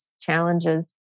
challenges